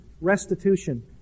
restitution